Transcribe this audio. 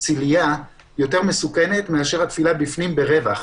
צלייה יותר מסוכנת מהתפילה בפנים ברווח,